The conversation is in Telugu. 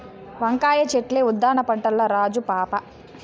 వంకాయ చెట్లే ఉద్దాన పంటల్ల రాజు పాపా